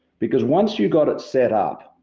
because once you got it set up,